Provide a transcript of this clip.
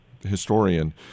historian